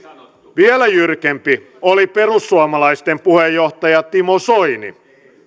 vielä jyrkempi oli perussuomalaisten puheenjohtaja timo soini